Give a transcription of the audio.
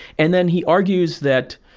and then he argues that